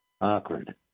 Awkward